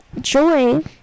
joy